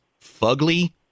fugly